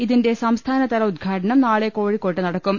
ഇതിന്റെ സംസ്ഥാനതല ഉദ്ഘാടനം നാളെ കോഴിക്കോട്ട് നടക്കും